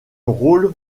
rôle